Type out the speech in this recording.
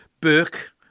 Burke